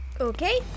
Okay